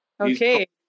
Okay